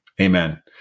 Amen